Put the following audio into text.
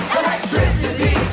electricity